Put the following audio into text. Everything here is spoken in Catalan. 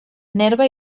nerva